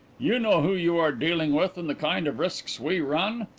you know who you are dealing with and the kind of risks we run.